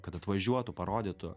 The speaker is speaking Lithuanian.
kad atvažiuotų parodytų